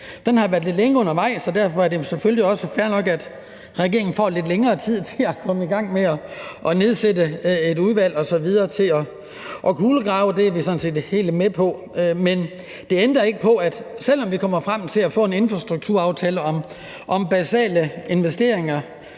Det har været lidt længe undervejs, og derfor er det selvfølgelig også fair nok, at regeringen får lidt længere tid til at komme i gang med at nedsætte et udvalg osv. til at kulegrave det. Det er vi sådan set helt med på. Men det ændrer ikke på, selv om vi kommer frem til at få en infrastrukturaftale om basale investeringer,